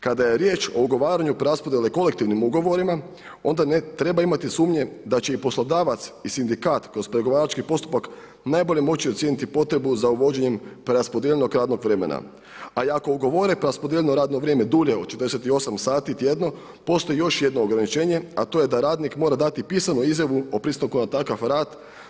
Kada je riječ o ugovaranju preraspodjele kolektivnim ugovorima onda ne treba imati sumnje da će i poslodavac i sindikat kroz pregovarački postupak najbolje moći ocijeniti potrebu za uvođenjem preraspodjeljenog radnog vremena, a i ako ugovore, a i ako ugovore preraspodjeljeno radno vrijeme dulje od 48 sati tjedno postoji još jedno ograničenje, a to je da radnik mora dati pisanu izjavu o pristanku na takav rad.